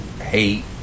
hate